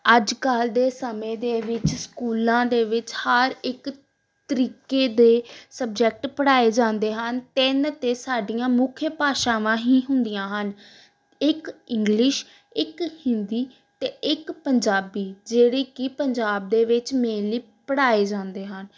ਅੱਜ ਕੱਲ ਦੇ ਸਮੇਂ ਦੇ ਵਿੱਚ ਸਕੂਲਾਂ ਦੇ ਵਿੱਚ ਹਰ ਇੱਕ ਤਰੀਕੇ ਦੇ ਸਬਜੈਕਟ ਪੜ੍ਹਾਏ ਜਾਂਦੇ ਹਨ ਤਿੰਨ ਤਾਂ ਸਾਡੀਆਂ ਮੁੱਖ ਭਾਸ਼ਾਵਾਂ ਹੀ ਹੁੰਦੀਆਂ ਹਨ ਇੱਕ ਇੰਗਲਿਸ਼ ਇੱਕ ਹਿੰਦੀ ਅਤੇ ਇੱਕ ਪੰਜਾਬੀ ਜਿਹੜੀ ਕਿ ਪੰਜਾਬ ਦੇ ਵਿੱਚ ਮੇਨਲੀ ਪੜ੍ਹਾਏ ਜਾਂਦੇ ਹਨ